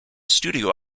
studio